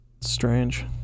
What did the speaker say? Strange